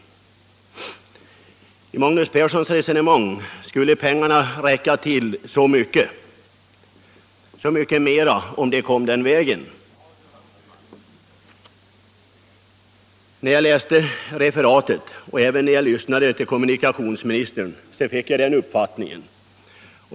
Enligt Magnus Perssons resonemang skulle pengarna räcka till så mycket mer om de kom från det hållet. När jag läste referatet och även när jag lyssnade till kommunikationsministern fick jag den uppfattningen.